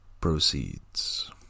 Proceeds